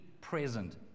present